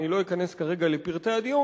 אני לא אכנס כרגע לפרטי הדיון,